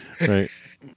Right